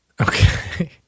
Okay